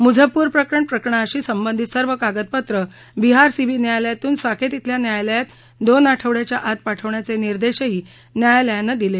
मुजफ्फरपूर प्रकरणाशी संबंधित सर्व कागदपत्रं बिहार सीबीआय न्यायालयातून साकेत श्रेल्या न्यायालयात दोन आठवडयाच्या आत पाठवण्याचे निर्देशही न्यायालयानं दिले